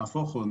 נהפוך הוא.